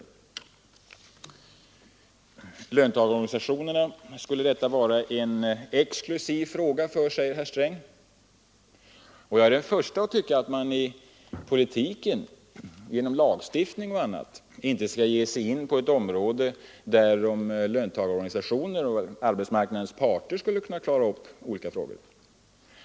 För löntagarorganisationerna skulle detta vara en exklusiv fråga, sade herr Sträng. Ja, jag är den förste att tycka att man i politiken, genom lagstiftning och på annat sätt, inte skall ge sig in på områden där arbetsmarknadens parter kan klara upp frågorna.